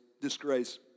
disgrace